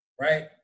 right